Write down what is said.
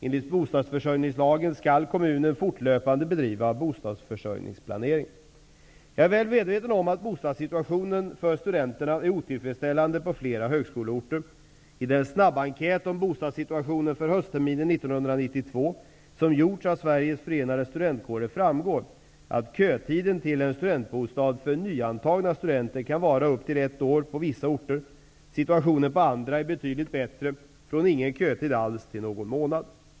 Enligt bostadsförsörjningslagen skall kommunen fortlöpande bedriva bostadsförsörjningsplanering. Jag är väl medveten om att bostadssituationen för studenterna är otillfredsställande på flera högskoleorter. I den snabbenkät om bostadssituationen för höstterminen 1992 som gjorts av Sveriges Förenade Studentkårer framgår att kötiden till en studentbostad för nyantagna studenter kan vara upp till ett år på vissa högskoleorter. Situationen på andra orter är betydligt bättre, från ingen kötid alls till någon månad.